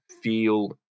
feel